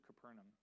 capernaum